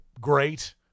great